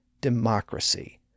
democracy